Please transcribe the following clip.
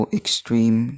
extreme